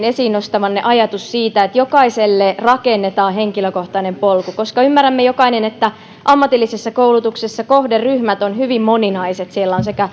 esiin nostamanne ajatus siitä että jokaiselle rakennetaan henkilökohtainen polku koska ymmärrämme jokainen että ammatillisessa koulutuksessa kohderyhmät ovat hyvin moninaiset siellä on